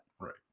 Right